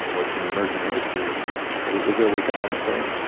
what's an emerging industry was there a wake-up moment for you?